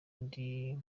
ndi